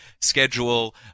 schedule